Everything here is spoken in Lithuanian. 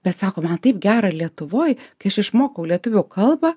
bet sako man taip gera lietuvoj kai aš išmokau lietuvių kalbą